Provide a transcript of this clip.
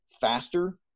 faster